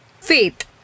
Faith